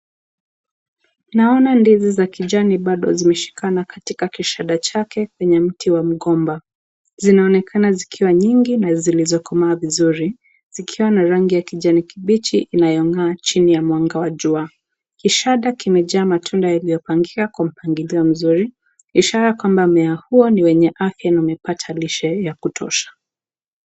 Naona ndizi za kijani zimeshikana katika kishada chake kwenye mti wa migomba, zinaonekana zikiwa nyingi na zilizokuwa vizuri, zikiwa na rangi ya kijani kibichi inayongaa chini kwenye mwanga wa jua, kishada kimejaa matunda iliyopangika kwa mpangilio mzuri, ishara kwamba huo ni mwenye afya wamepatalisha hii ya kutosha.